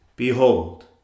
Behold